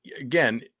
again